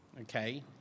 okay